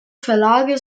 verlage